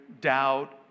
doubt